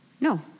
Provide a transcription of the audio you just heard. No